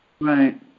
Right